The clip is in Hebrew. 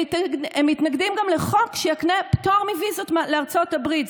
הם מתנגדים גם לחוק שיקנה פטור מוויזות לארצות הברית,